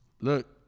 Look